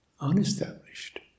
unestablished